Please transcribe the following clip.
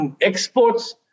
exports